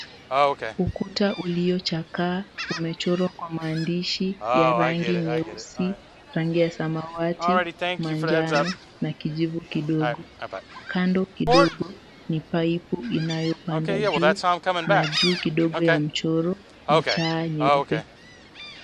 Ukuta uliochakaa umechorwa kwa maandishi ya rangi nyeusi, rangi ya samawati, manjano na kijivu kidogo. Kando kidogo ni paipu inayopanda juu, na juu kidogo ya mchoro ni taa nyeupe.